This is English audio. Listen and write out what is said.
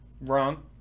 Wrong